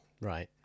Right